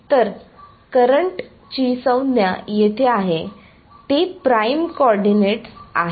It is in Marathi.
तर करंट ची संज्ञा जेथे आहे ते प्राइम्ड कोऑर्डिनेट्स आहेत